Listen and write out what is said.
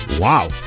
Wow